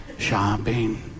shopping